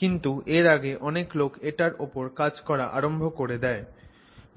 কিন্তু এর আগেই অনেক লোক এটার ওপর কাজ করা আরম্ভ করে দেয়